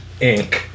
Inc